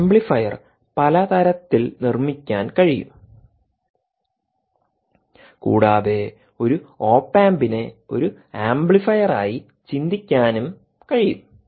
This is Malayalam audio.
ആംപ്ലിഫയർ പല തരത്തിൽ നിർമ്മിക്കാൻ കഴിയും കൂടാതെ ഒരു ഓപ് ആംപിനെ ഒരു ആംപ്ലിഫയറായി ചിന്തിക്കാനും കഴിയും